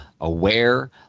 aware